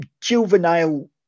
juvenile